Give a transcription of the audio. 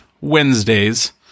Wednesdays